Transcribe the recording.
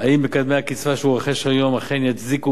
אם מקדמי הקצבה שהוא רוכש היום אכן יצדיקו